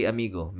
Amigo